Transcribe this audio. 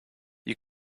you